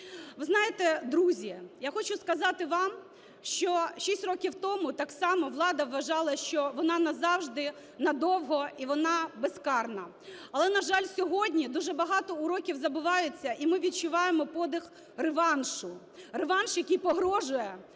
Ви знаєте, друзі, я хочу сказати вам, що 6 років тому так само влада вважала, що вона назавжди, надовго і вона безкарна. Але, на жаль, сьогодні дуже багато уроків забуваються, і ми відчуваємо подих реваншу, реванш, який погрожує